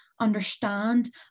understand